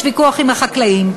יש ויכוח עם החקלאים.